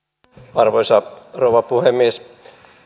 arvoisa rouva puhemies